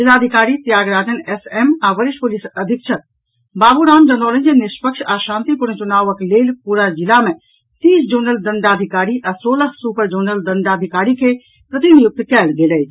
जिलाधिकारी Tyagarajan M M आ वरिष्ठ पुलिस अधीक्षक बाबू राम जनौलनि जे निष्पक्ष आ शांतिपूर्ण चुनावक लेल पूरा जिला मे तीस जोनल दंडाधिकारी आ सोलह सुपर जोनल दंडाधिकारी के प्रतिनियुक्त कयल गेल अछि